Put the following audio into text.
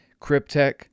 Cryptech